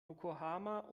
yokohama